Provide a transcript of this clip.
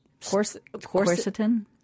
Quercetin